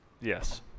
yes